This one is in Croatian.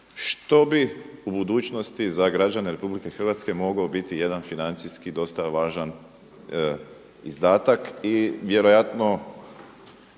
što bi u budućnosti za građane Republike Hrvatske mogao biti jedan financijski dosta važan izdatak i vjerojatno